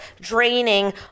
draining